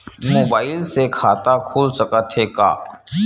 Mobile से खाता खुल सकथे का?